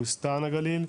בוסתן הגליל,